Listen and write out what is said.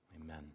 amen